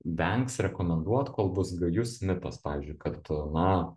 vengs rekomenduot kol bus gajus mitas pavyzdžiui kad na